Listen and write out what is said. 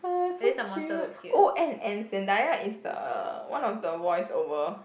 oh so cute oh and and Zendaya is the one of the voice-over